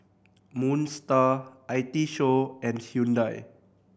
Moon Star I T Show and Hyundai